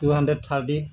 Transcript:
two hundred thirty